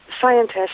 scientists